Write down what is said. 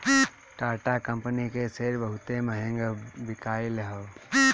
Tata company के share बहुते महंग बिकाईल हअ